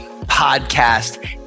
Podcast